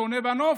ששונה בנוף,